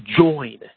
join